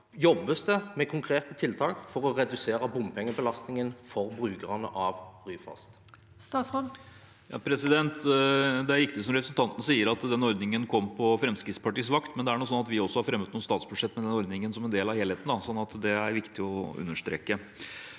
tiltak? Jobbes det med konkrete tiltak for å redusere bompengebelastningen for brukerne av Ryfast? Statsråd Jon-Ivar Nygård Det er riktig, som representanten sier, at denne ordningen kom på Fremskrittspartiets vakt, men det er nå sånn at vi også har fremmet noen statsbudsjett med denne ordningen som en del av helheten. Det er viktig å understreke.